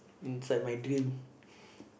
inside my dream